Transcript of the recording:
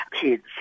kids